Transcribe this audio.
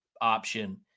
option